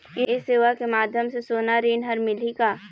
ये सेवा के माध्यम से सोना ऋण हर मिलही का?